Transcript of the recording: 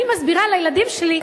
אני מסבירה לילדים שלי: